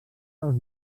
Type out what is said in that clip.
dels